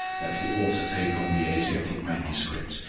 that he ought to take on the asiatic manuscripts.